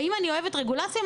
האם אני אוהבת רגולציה?